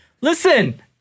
Listen